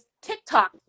TikTok